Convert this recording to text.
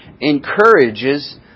encourages